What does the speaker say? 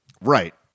right